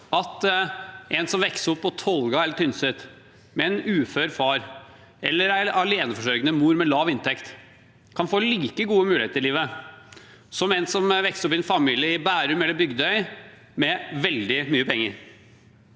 at en som vokser opp på Tolga eller Tynset med en ufør far eller en aleneforsørgende mor med lav inntekt, kan få like gode muligheter i livet som en som vokser opp i en familie i Bærum eller på Bygdøy med veldig mye penger.